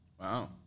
Wow